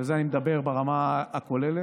ועל זה אני מדבר ברמה הכוללת,